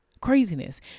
craziness